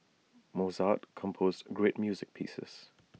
Mozart composed great music pieces